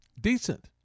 Decent